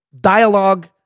Dialogue